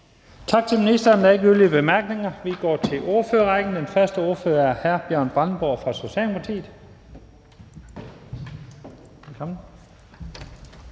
Tak til ministeren. Der er ikke yderligere korte bemærkninger. Vi går til ordførerrækken. Den første ordfører er hr. Bjørn Brandenborg fra Socialdemokratiet.